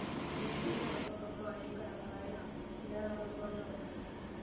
తేనీటీగల పెంపకంలో అనేక రకాలైన విధానాలు అందుబాటులో ఉన్నాయి